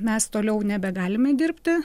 mes toliau nebegalime dirbti